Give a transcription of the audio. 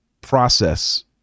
process